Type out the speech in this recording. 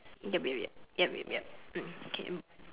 yup yup yup yup yup yup mm okay mm